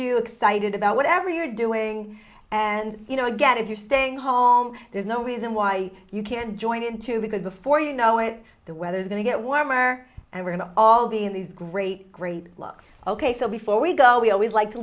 you excited about whatever you're doing and you know again if you're staying home there's no reason why you can't join in too because before you know it the weather is going to get warmer and we're going to all be in these great great looks ok so before we go we always like to